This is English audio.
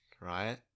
right